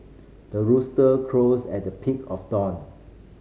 the rooster crows at the peak of dawn